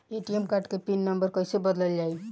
ATM card के pin number कईसे बदलल जाई?